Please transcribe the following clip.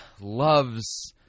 Loves